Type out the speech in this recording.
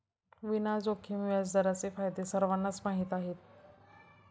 विना जोखीम व्याजदरांचे फायदे सर्वांनाच माहीत आहेत